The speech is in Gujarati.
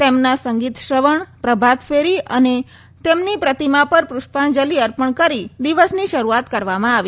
તેમનાં સંગીત શ્રવણ પ્રભાતફેરી અને તેમની પ્રતિમા પર પુષ્પાંજલિ અર્પણ કરી દિવસની શરૂઆત કરવામાં આવી